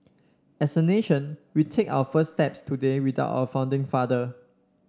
as a nation we take our first steps today without our founding father